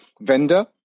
vendor